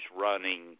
running